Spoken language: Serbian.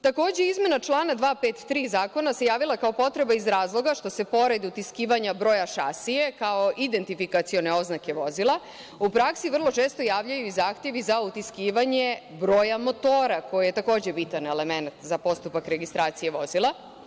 Takođe, izmena člana 253. zakona se javila kao potreba iz razloga što se pored utiskivanja broja šasije kao identifikacione oznake vozila u praksi vrlo često javljaju i zahtevi za utiskivanje broja motora, koji je takođe bitan element za postupak registracije vozila.